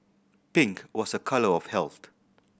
pink was a colour of health